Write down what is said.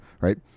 right